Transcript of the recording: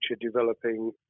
developing